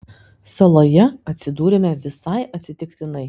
saloje atsidūrėme visai atsitiktinai